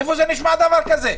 איפה נשמע דבר כזה?